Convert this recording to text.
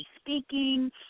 Speaking